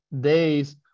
days